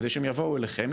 כדי שהם יבואו אליכם,